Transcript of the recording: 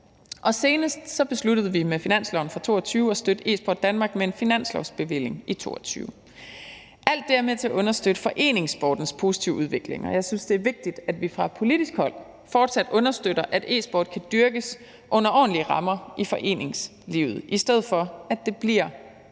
og senest besluttede vi med finansloven for 2022 at støtte Esport Danmark med en finanslovsbevilling i 2022. Alt det her er med til at understøtte foreningssportens positive udvikling, og jeg synes, det er vigtigt, at vi fra politisk hold fortsat understøtter, at e-sport kan dyrkes under ordentlige rammer i foreningslivet, i stedet for at det i meget